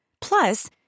Plus